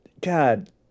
god